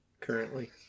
currently